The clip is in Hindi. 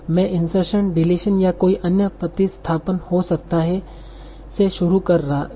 मैं इंसर्शन डिलीशन या कोई अन्य प्रतिस्थापन हो सकता है से शुरू कर रहा था